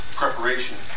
preparation